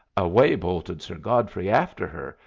away bolted sir godfrey after her,